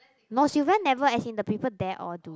no sylvia never as in the people there all do